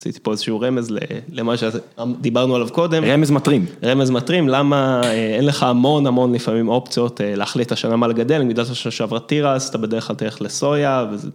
רציתי פה איזהשהו רמז למה שדיברנו עליו קודם, רמז מטרים, רמז מטרים, למה אין לך המון המון לפעמים אופציות להחליט השנה מה לגדל, אם גידלת שנה שעברה תירס, אתה בדרך כלל תלך לסויה.